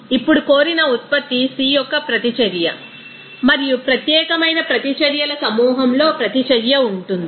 ఇప్పుడు కోరిన ఉత్పత్తి C యొక్క ప్రతిచర్య మరియు ప్రత్యేకమైన ప్రతిచర్యల సమూహంలో ప్రతిచర్య ఉంటుంది